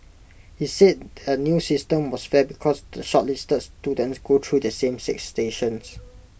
he said the new system was fair because the shortlisted students go through the same six stations